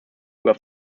über